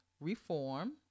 Reform